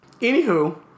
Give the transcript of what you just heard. anywho